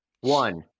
One